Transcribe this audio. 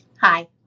Hi